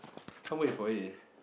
can't wait for it